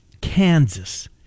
Kansas